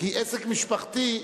כי עסק משפחתי,